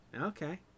Okay